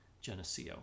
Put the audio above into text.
Geneseo